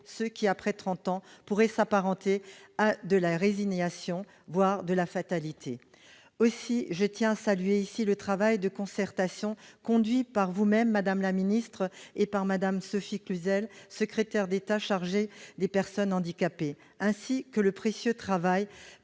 ce qui après trente ans pourrait s'apparenter à de la résignation, voire à de la fatalité. Aussi, je tiens à saluer le travail de concertation conduit par vous-même, madame la ministre, et par Sophie Cluzel, secrétaire d'État chargée des personnes handicapées, ainsi que le précieux travail